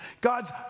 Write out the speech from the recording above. God's